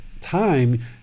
time